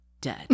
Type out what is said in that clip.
dead